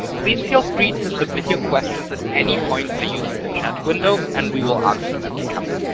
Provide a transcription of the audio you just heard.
please feel free to submit your questions at any point by using the chat window and we will answer them as they come in.